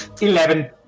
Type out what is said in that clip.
Eleven